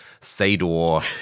Sador